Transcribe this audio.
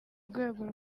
rwego